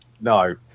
no